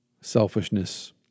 selfishness